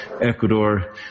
Ecuador